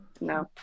No